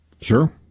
Sure